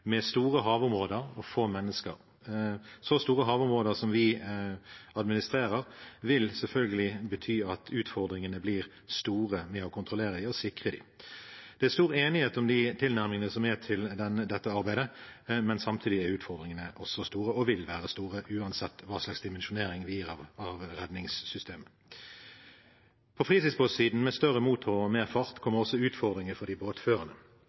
med store havområder og få mennesker. Så store havområder som vi administrerer, vil selvfølgelig bety at utfordringene blir store med å kontrollere dem og sikre dem. Det er stor enighet om de tilnærmingene som er til dette arbeidet, men samtidig er utfordringene også store og vil være store uansett hva slags dimensjonering vi gir av redningssystemet. På fritidsbåtsiden, med større motorer og mer fart, kommer også utfordringene for båtførerne. Fritidsbåter i dag kan ha en toppfart langt over de